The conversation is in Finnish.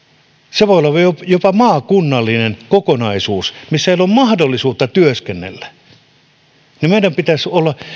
se voi olla jopa maakunnallinen kokonaisuus missä ei ole mahdollisuutta työskennellä meidän pitäisi olla